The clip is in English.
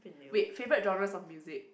wait favourite genres of music